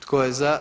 Tko je za?